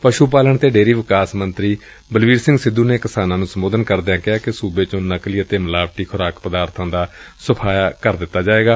ਪਸੁ ਪਾਲਣ ਅਤੇ ਡੇਅਰੀ ਵਿਕਾਸ ਮੰਤਰੀ ਬਲਬੀਰ ਸਿੰਘ ਸਿੱਧੁ ਨੇ ਕਿਸਾਨਾਂ ਨੂੰ ਸੰਬੋਧਨ ਕਰਦਿਆਂ ਕਿਹਾ ਕਿ ਸੂਬੇ ਚੋ ਨਕਲੀ ਅਤੇ ਮਿਲਾਵਟ ਖੁਰਾਕ ਪਦਾਰਬਾਂ ਦਾ ਸਫਾਇਆ ਕਰ ਦਿੱਤਾ ਜਾਏਗਾ